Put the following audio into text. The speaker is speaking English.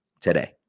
today